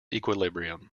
equilibrium